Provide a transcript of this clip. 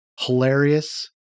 hilarious